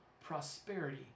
prosperity